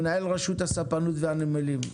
מנהל רשות הספנות והנמלים,